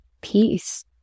peace